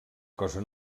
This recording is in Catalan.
cosa